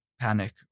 panic